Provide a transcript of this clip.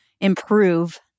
improve